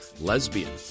lesbian